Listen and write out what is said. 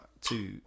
two